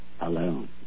alone